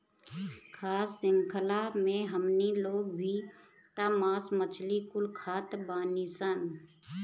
खाद्य शृंख्ला मे हमनी लोग भी त मास मछली कुल खात बानीसन